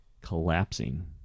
collapsing